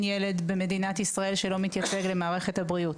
ילד במדינת ישראל שלא נמצא במערכת הבריאות,